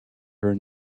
her